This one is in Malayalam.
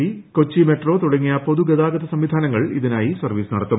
സി കൊച്ചി മെട്രോ തുടങ്ങിയ പൊതു ഗതാഗത സംവിധാനങ്ങൾ ഇതിനായി സർവ്വീസ് നടത്തും